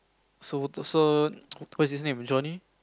so the so what is his name Johnny